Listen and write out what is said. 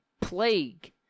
plague